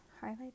highlight